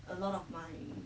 a lot of my